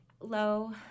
Low